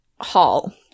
hall